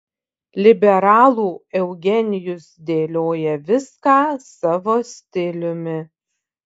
liberalų eugenijus dėlioja viską savo stiliumi